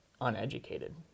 uneducated